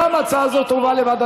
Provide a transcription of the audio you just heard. ההצעה להעביר את